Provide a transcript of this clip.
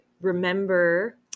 remember